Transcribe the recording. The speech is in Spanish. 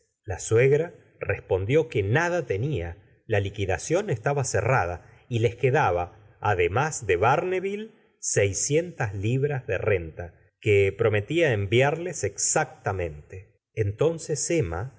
la suegra respondió que nada tenía la liquidación estaba cerrada y les quedaba ademús de barneville seiscientas libras de renta que prometía enviarles exactamente entonces e